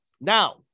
Now